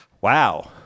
Wow